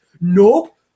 nope